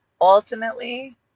ultimately